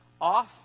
off